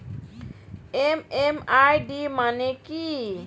MMID মানে কি?